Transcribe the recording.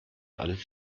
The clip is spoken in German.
alles